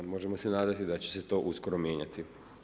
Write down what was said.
Možemo se nadati da će se to uskoro mijenjati.